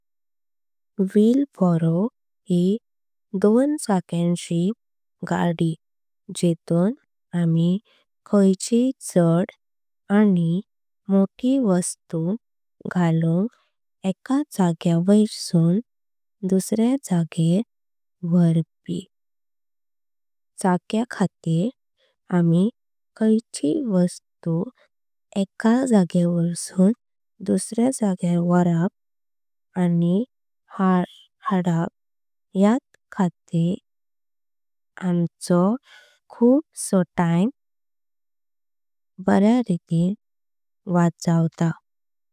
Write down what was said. व्हीलबरो ही दोन चाक्यांची गाडी जेतून आमी खायचें। झाड आनी मोठी वस्तु घालुंक एका जाग्यां वैरसून। दुसऱ्या जागेर वारपी चाक्या खातार आमी खायचें। वस्तु एका जाग्यार सून दुसऱ्या जाग्यार वारप आनी। याद खातार आमचो टाइम वाचवता।